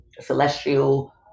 celestial